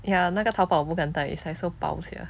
ya 那个淘宝我不敢戴 it's like so 薄 sia